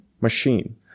machine